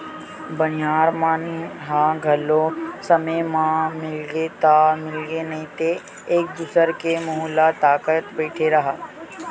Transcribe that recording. बनिहार मन ह घलो समे म मिलगे ता मिलगे नइ ते एक दूसर के मुहूँ ल ताकत बइठे रहा